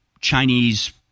Chinese